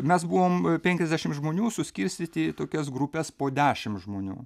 mes buvom penkiasdešim žmonių suskirstyti į tokias grupes po dešim žmonių